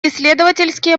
исследовательские